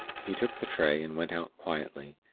he took the tray, and went out quietly,